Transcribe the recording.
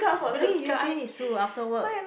really usually it's true after work